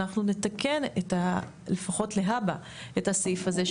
אנחנו נתקן לפחות להבא את הסעיף הזה,